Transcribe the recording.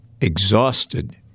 exhausted